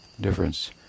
difference